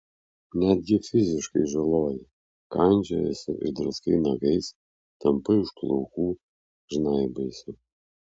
netgi fiziškai žaloji kandžiojiesi ir draskai nagais tampai už plaukų žnaibaisi